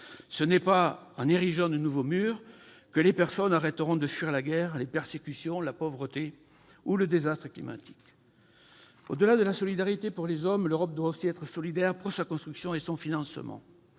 Ce n'est pas en érigeant de nouveaux murs que les personnes arrêteront de fuir la guerre, les persécutions, la pauvreté, ou le désastre climatique. Au-delà de la solidarité pour les hommes, l'Europe doit aussi être solidaire pour sa construction et son financement.